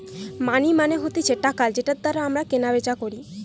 মানি মানে হতিছে টাকা যেটার দ্বারা আমরা কেনা বেচা করি